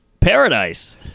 paradise